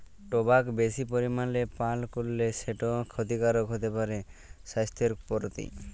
টবাক বেশি পরিমালে পাল করলে সেট খ্যতিকারক হ্যতে পারে স্বাইসথের পরতি